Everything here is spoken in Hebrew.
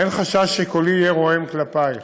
אין חשש שקולי יהיה רועם כלפייך.